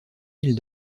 mille